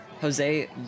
Jose